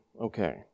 Okay